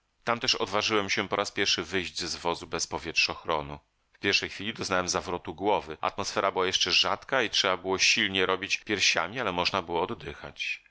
tam też odważyłem się po raz pierwszy wyjść z wozu bez powietrzochronu w pierwszej chwili doznałem zawrotu głowy atmosfera była jeszcze rzadka i trzeba było silnie robić piersiami ale można było oddychać